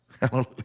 Hallelujah